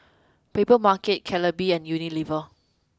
Papermarket Calbee and Unilever